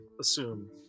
assume